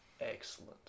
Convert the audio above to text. excellent